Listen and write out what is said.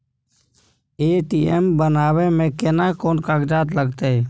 ATM बनाबै मे केना कोन कागजात लागतै?